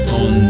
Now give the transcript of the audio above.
on